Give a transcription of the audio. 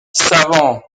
savants